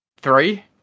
three